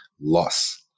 loss